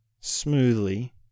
smoothly